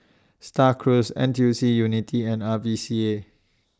STAR Cruise N T U C Unity and R V C A